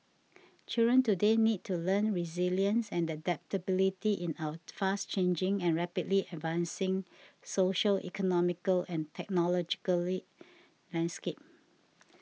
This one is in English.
children today need to learn resilience and adaptability in our fast changing and rapidly advancing social economical and technological landscape